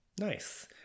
Nice